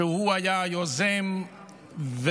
שהיה היוזם,